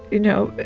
you know,